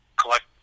collect